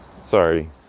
Sorry